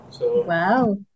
Wow